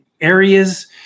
areas